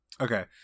Okay